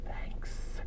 Thanks